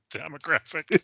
demographic